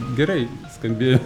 gerai skambėjo